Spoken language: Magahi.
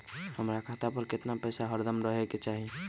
हमरा खाता पर केतना पैसा हरदम रहे के चाहि?